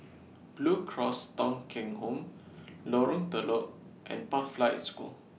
Blue Cross Thong Kheng Home Lorong Telok and Pathlight School